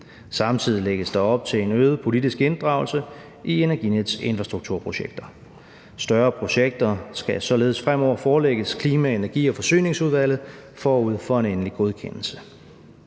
Samtidig lægges der op til en øget politisk inddragelse i Energinets infrastrukturprojekter. Større projekter skal således fremover forelægges Klima-, Energi- og Forsyningsudvalget forud for en endelig godkendelse.